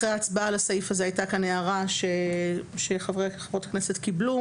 אחרי ההצבעה על הסעיף הזה הייתה כאן הערה שחברות הכנסת קיבלו